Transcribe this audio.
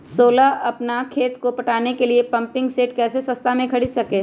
सोलह अपना खेत को पटाने के लिए पम्पिंग सेट कैसे सस्ता मे खरीद सके?